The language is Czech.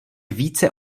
více